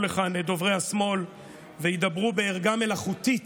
לכאן דוברי השמאל וידברו בערגה מלאכותית